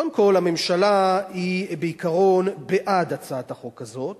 קודם כול הממשלה היא בעיקרון בעד הצעת החוק הזאת,